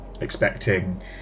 expecting